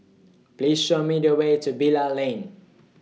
Please Show Me The Way to Bilal Lane